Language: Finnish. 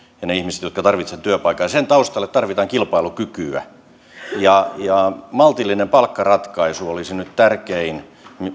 ja ne ihmiset jotka tarvitsevat työpaikan sen taustalle tarvitaan kilpailukykyä maltillinen palkkaratkaisu olisi nyt tärkein